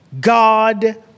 God